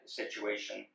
situation